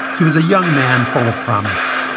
he was a young man full of promise.